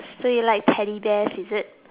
so you like teddy bears is it